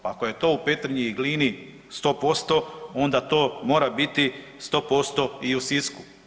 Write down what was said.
Pa ako je to u Petrinji i Glini 100% onda to mora biti 100% i u Sisku.